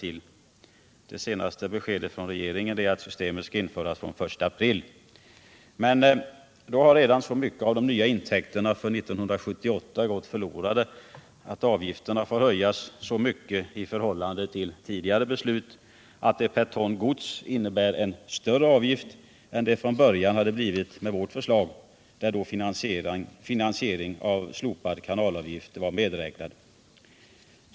Regeringens senaste besked är att systemet skall införas fr.o.m. den 1 april. Men då har redan så mycket av de nya intäkterna för 1978 gått förlorade att avgifterna får höjas så mycket i förhållande till tidigare beslut att det per ton gods innebär en större avgift än det från början hade blivit med vårt förslag, där finansiering av slopad kanalavgift var medräknad.